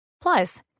Plus